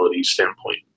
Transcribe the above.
standpoint